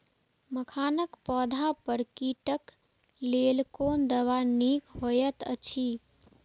मखानक पौधा पर कीटक लेल कोन दवा निक होयत अछि?